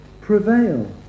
prevail